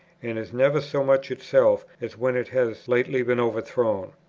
and is never so much itself as when it has lately been overthrown.